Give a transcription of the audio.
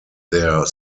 their